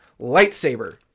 lightsaber